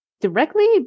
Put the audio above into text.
directly